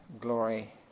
glory